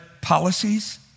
policies